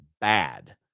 bad